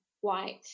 white